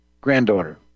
granddaughter